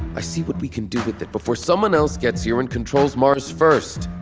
i see what we can do with it before someone else gets here and controls mars first!